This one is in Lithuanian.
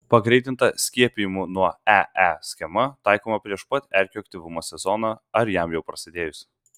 pagreitinta skiepijimų nuo ee schema taikoma prieš pat erkių aktyvumo sezoną ar jam jau prasidėjus